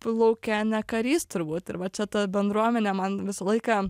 tu lauke ne karys turbūt ir va čia ta bendruomenė man visą laiką